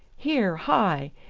here, hi!